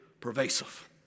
pervasive